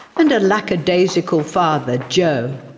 and a lackadaisical father, joe.